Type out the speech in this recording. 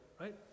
right